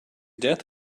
death